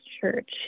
Church